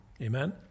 Amen